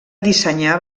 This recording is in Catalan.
dissenyar